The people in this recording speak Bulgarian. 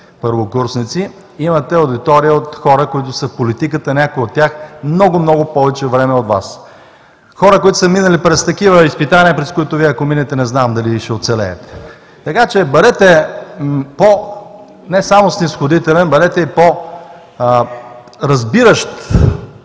имате аудитория от хора, които са в политиката, някои от тях много, много повече време от Вас; хора, които са минали през такива изпитания, през които Вие, ако минете, не знам дали ще оцелеете. Така че бъдете не само по-снизходителен, бъдете и по-разбиращ,